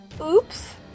Oops